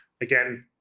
again